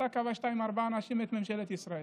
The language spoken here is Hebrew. ואתה כבשת עם ארבעה אנשים את ממשלת ישראל.